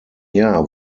jahr